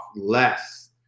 less